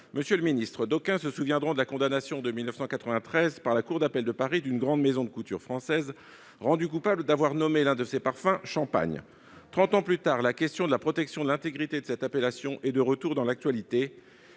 Monsieur le ministre, d'aucuns se souviendront de la condamnation, en 1993, par la cour d'appel de Paris, d'une grande maison de couture française, jugée coupable d'avoir nommé l'un de ses parfums. Trente ans plus tard, la question de la protection de l'intégrité de cette appellation est de retour dans l'actualité.